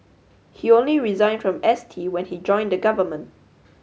he only resigned from S T when he joined the government